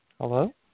Hello